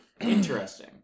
interesting